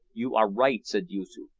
you are right, said yoosoof.